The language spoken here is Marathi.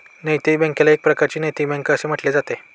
नैतिक बँकेला एक प्रकारची नैतिक बँक असेही म्हटले जाते